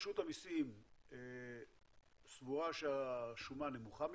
רשות המיסים סבורה שהשומה נמוכה מדי,